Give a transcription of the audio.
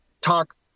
talk